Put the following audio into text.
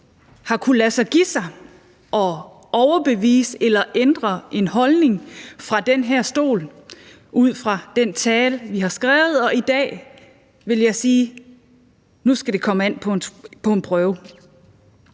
har kunnet lade sig give sig at overbevise eller ændre en holdning fra den her stol med en tale, man har skrevet? I dag vil jeg sige, at nu skal det komme an på en prøve.